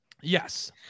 Yes